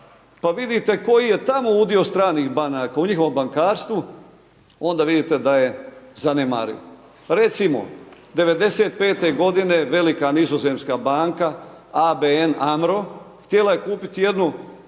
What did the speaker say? pa vidite koji je tamo udio stranih banaka u njihovom bankarstvu onda vidite da je zanemariv. Recimo '95. godine velika nizozemska banka ABN AMRO htjela je kupiti jednu